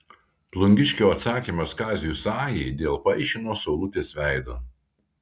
plungiškio atsakymas kaziui sajai dėl paišino saulutės veido